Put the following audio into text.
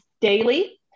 daily